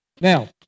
Now